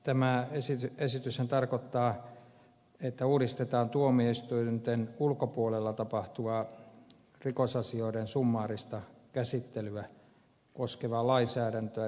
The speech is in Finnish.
tämä esityshän tarkoittaa että uudistetaan tuomioistuinten ulkopuolella tapahtuvaa rikosasioiden summaarista käsittelyä koskevaa lainsäädäntöä